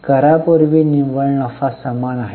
करापूर्वी निव्वळ नफा समान आहे